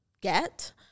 get